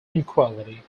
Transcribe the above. inequality